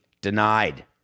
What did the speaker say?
denied